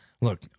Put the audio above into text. look